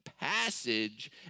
passage